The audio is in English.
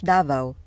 Davao